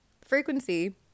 frequency